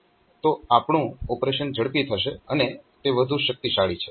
તો આપણું ઓપરેશન ઝડપી થશે અને તે વધુ શક્તિશાળી છે